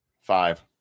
Five